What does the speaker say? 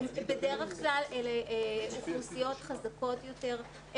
אלה בדרך כלל אוכלוסיות חזקות יותר.